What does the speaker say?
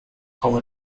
kaum